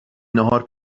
ناهار